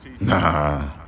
Nah